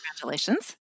Congratulations